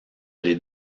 les